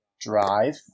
drive